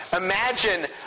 imagine